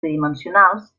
tridimensionals